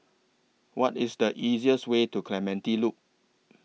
What IS The easiest Way to Clementi Loop